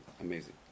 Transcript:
amazing